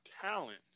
talent